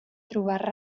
trobar